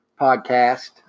podcast